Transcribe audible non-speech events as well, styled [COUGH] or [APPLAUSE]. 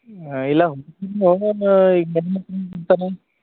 ಇಲ್ಲ [UNINTELLIGIBLE]